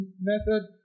method